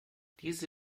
diese